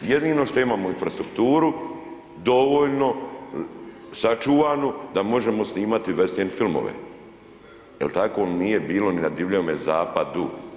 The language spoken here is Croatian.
Jedino što imamo infrastrukturu dovoljno sačuvanu da možemo snimati western filmove jer tako nije bilo ni na Divljemu zapadu.